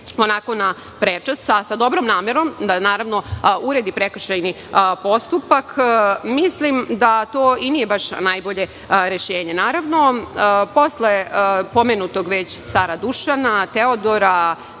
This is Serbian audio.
onako na prečac, a sa dobrom namerom da uredi prekršajni postupak, mislim da to i nije baš najbolje rešenje. Naravno, posle već pomenutog cara Dušana, Teodora,